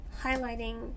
highlighting